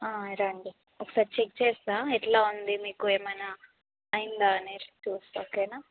రండి ఒకసారి చెక్ చేస్తా ఎట్లా ఉంది మీకు ఏమైనా అయిందా అనేసి చూస్తా ఓకేనా